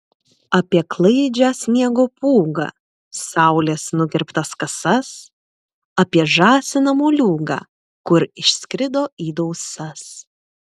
apie klaidžią sniego pūgą saulės nukirptas kasas apie žąsiną moliūgą kur išskrido į dausas